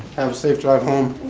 have a safe drive home.